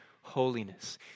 holiness